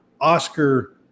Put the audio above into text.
Oscar